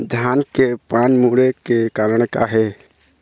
धान के पान मुड़े के कारण का हे?